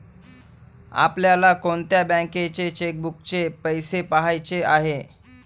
आपल्याला कोणत्या बँकेच्या चेकबुकचे पैसे पहायचे आहे?